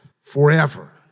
forever